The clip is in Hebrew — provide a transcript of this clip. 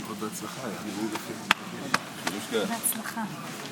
שלי יחימוביץ' מוכנה לברך, כמקובל אצלנו,